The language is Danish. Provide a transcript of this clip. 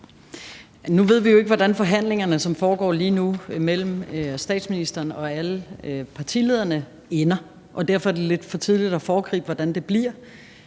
Nu ved vi jo ikke, hvordan forhandlingerne, som foregår lige nu mellem statsministeren og alle partilederne, ender, og derfor er det lidt for tidligt at foregribe, hvordan det bliver,